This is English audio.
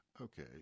Okay